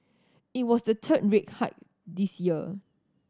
it was the third rate hike this year